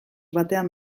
batean